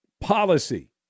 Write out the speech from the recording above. policy